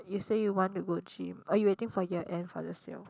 you say want to go gym or you waiting for year end for the sale